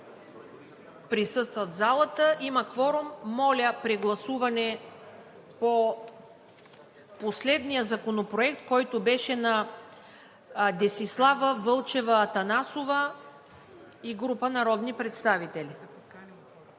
представители. Има кворум. Моля, прегласуване по последния законопроект, който беше на Десислава Вълчева Атанасова и група народни представители.